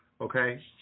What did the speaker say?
okay